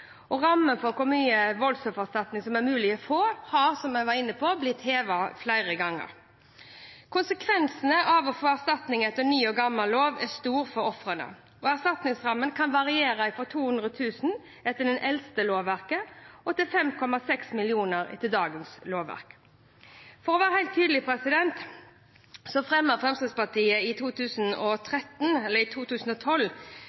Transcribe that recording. Rammen for hvor mye voldsoffererstatning som er mulig å få, har – som jeg var inne på – blitt hevet flere ganger. Konsekvensene av å få erstatning etter ny eller gammel lov er stor for ofrene. Erstatningsrammen kan variere fra 200 000 kr etter det eldste lovverket til 5,6 mill. kr etter dagens lovverk. For å være helt tydelig: